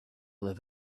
live